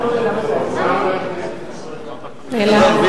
האוצר לא יכניס לכיסו את התקבולים האלה, אלא?